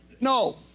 No